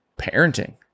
parenting